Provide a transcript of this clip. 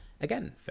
again